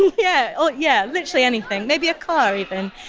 yeah oh yeah. literally anything, maybe a car even.